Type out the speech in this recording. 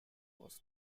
was